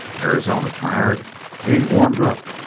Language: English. arizona tired? he ain't warmed up.